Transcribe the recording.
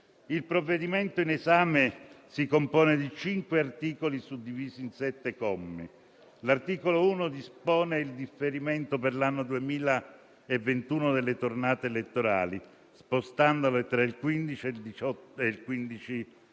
Il provvedimento in esame si compone di cinque articoli suddivisi in sette commi. L'articolo 1 dispone il differimento per l'anno 2021 delle tornate elettorali, spostandole tra il 15 settembre